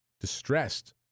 distressed